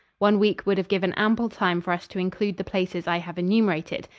one week would have given ample time for us to include the places i have enumerated.